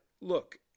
look